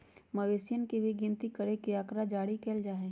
मवेशियन के भी गिनती करके आँकड़ा जारी कइल जा हई